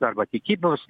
arba tikybos